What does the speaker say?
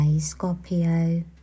Scorpio